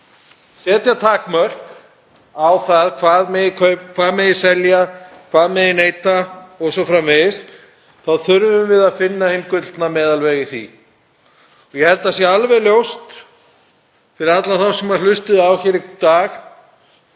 setja takmörk á það hvað megi kaupa, hvað megi selja, hvað megi neyta o.s.frv., þá þurfum við að finna hinn gullna meðalveg í því. Ég held að það sé alveg ljóst fyrir alla þá sem hlustuðu í dag